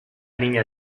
niña